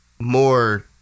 More